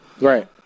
right